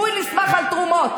הוא נסמך על תרומות.